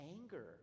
anger